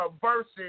versus